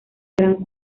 gran